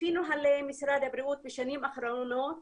לפי נוהלי משרד הבריאות בשנים האחרונות